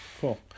cool